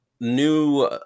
new